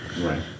Right